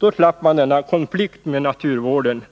Då skulle man slippa denna konflikt med naturvården.